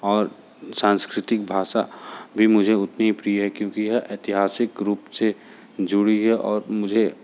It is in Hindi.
और संस्कृत भाषा भी मुझे उतनी प्रिय है क्योंकि यह ऐतिहासिक रूप से जुड़ी है और मुझे